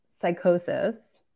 psychosis